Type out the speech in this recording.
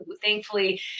thankfully